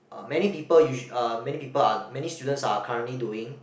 uh many people usu~ uh many people are many students are currently doing